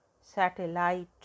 satellite